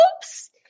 Oops